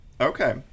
Okay